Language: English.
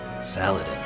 Saladin